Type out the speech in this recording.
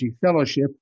fellowship